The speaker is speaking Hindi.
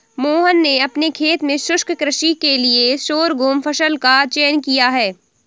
मोहन ने अपने खेत में शुष्क कृषि के लिए शोरगुम फसल का चयन किया है